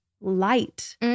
light